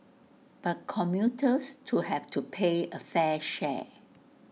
but commuters to have to pay A fair share